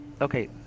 Okay